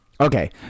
okay